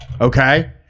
okay